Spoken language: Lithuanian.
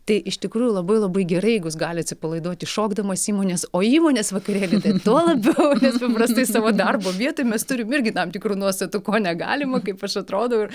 tai iš tikrųjų labai labai gerai jeigu jis gali atsipalaiduoti šokdamas įmonės o įmonės vakarėly tai tuo labiau nes paprastai savo darbo vietoj mes turim irgi tam tikrų nuostatų ko negalima kaip aš atrodau ir